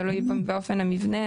תלוי באופן המבנה.